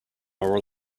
rely